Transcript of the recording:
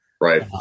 Right